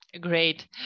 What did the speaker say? Great